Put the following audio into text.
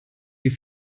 wie